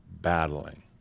battling